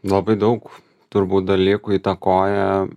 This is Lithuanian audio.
labai daug turbūt dalykų įtakoja